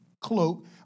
cloak